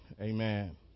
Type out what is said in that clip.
Amen